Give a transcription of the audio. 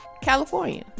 california